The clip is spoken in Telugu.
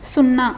సున్నా